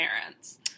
parents